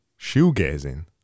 Shoegazing